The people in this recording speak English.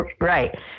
Right